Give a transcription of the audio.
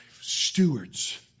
Stewards